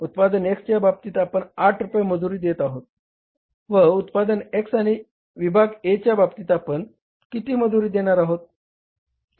उत्पादन X च्या बाबतीत आपण 8 रुपये मजुरी देत आहोत व उत्पादन X आणि विभाग A च्या बाबतीत आपण किती मजुरी देणारा आहोत